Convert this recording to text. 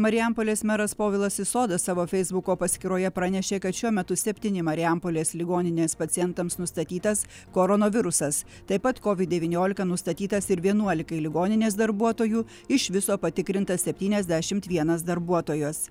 marijampolės meras povilas isoda savo feisbuko paskyroje pranešė kad šiuo metu septyni marijampolės ligoninės pacientams nustatytas koronavirusas taip pat covid devyniolika nustatytas ir vienuolikai ligoninės darbuotojų iš viso patikrinta septyniasdešimt vienas darbuotojas